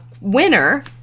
winner